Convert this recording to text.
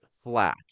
flat